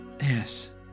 Yes